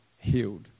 healed